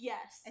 Yes